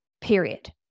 period